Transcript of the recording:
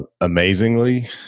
amazingly